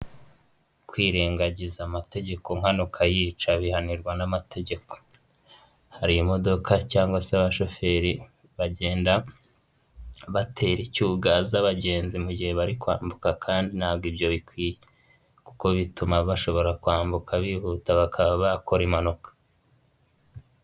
Kwirengagiza amategeko nkana ukayica bihanirwa n'amategeko. Hari imodoka cyangwa se abashoferi bagenda batera icyugaza abagenzi mu gihe bari kwambuka kandi ntabwo ibyo bikwiye, kuko bituma bashobora kwambuka bihuta, bakaba bakora impanuka.